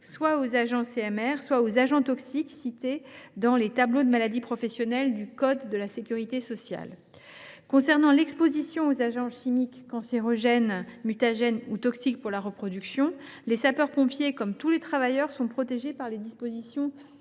soit aux agents CMR, soit aux agents toxiques cités dans les tableaux des maladies professionnelles du code de la sécurité sociale. Concernant l’exposition aux agents chimiques cancérogènes, mutagènes ou toxiques pour la reproduction, les sapeurs pompiers, comme tous les travailleurs, sont protégés par les dispositions du code